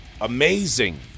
amazing